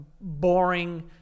boring